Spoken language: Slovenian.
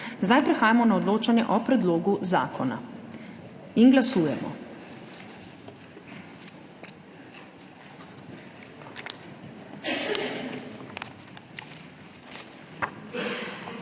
Prehajamo na odločanje o predlogu zakona. Glasujemo.